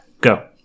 go